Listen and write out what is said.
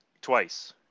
twice